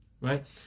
right